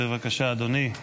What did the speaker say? בבקשה, אדוני,